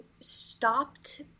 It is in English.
stopped